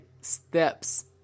steps